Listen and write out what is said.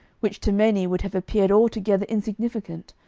which to many would have appeared altogether insignificant,